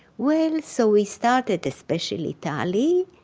well, so we started, especially tali,